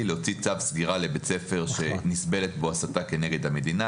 להוציא צו סגירה לבית ספר שנסבלת בו הסתה כנגד המדינה,